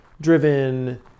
driven